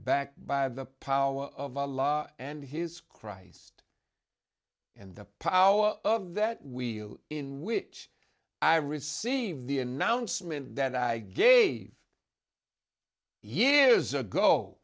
backed by the power of law and his christ and the power of that wheel in which i receive the announcement that i gave years ago